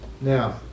Now